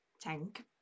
tank